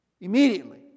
Immediately